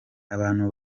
abantu